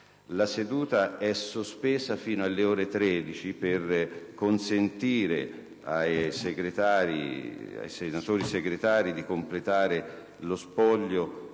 seduta fino alle ore 13, per consentire ai senatori Segretari di completare lo spoglio